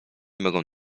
mogą